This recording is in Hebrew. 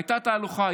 הייתה תהלוכה,